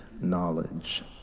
knowledge